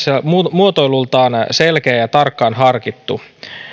muotoilultaan selkeä ja tarkkaan harkittu